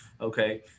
Okay